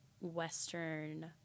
Western